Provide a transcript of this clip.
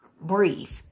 breathe